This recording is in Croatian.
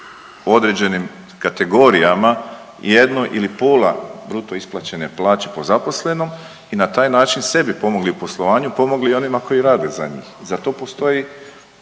u određenim kategorijama jednu ili pola bruto isplaćene plaće po zaposlenom i na taj način sebi pomogli u poslovanju, pomogli i onima koji rade za njih. Za to postoji